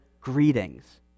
greetings